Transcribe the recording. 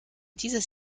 dieses